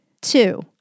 Two